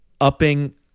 upping